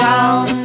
Down